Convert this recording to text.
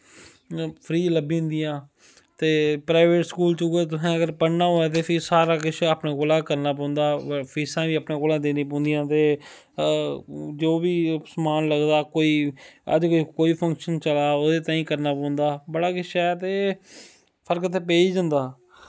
free लब्भी जंदियां ते प्राईवेट स्कूल च उऐ तुसें अगर पढ़ना होऐ ते फ्ही सारा किश अपने कोला गै करना पौंदा फीसां बी अपने कोला देनियां पौंदियां ते जो बी समान लगदा कोई अज्ज किश कोई फंक्शन चला दा ओह्दे तांई करना पौंदा बड़ा किश ऐ ते फर्क ते पेई गै जंदा